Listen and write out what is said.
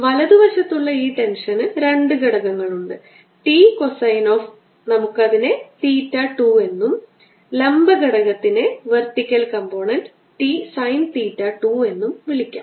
വലതുവശത്തുള്ള ഈ ടെൻഷന് രണ്ട് ഘടകങ്ങളുണ്ട് T കോസൈൻ ഓഫ് നമുക്ക് അതിനെ തീറ്റ 2 എന്നും ലംബ ഘടകത്തിനെ T സൈൻ തീറ്റ 2 എന്നും വിളിക്കാം